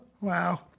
Wow